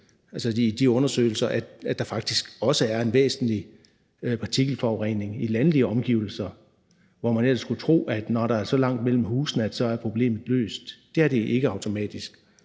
er i de undersøgelser kommet frem til, at der faktisk også er en væsentlig partikelforurening i landlige omgivelser, hvor man ellers skulle tro, at problemet, når der er så langt mellem husene, er løst. Det er det ikke automatisk.